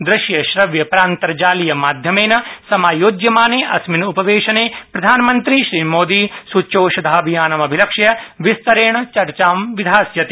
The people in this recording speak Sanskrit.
दृश्यश्रव्यपरान्तर्जालीय माध्यमेन समायोज्यमाने अस्मिन् उपवेशने प्रधानमन्त्री श्रीमोदी सूच्यौषधाभियानम् अभिलक्ष्य विस्तरेण चर्चा विधास्यति